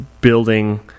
building